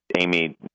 Amy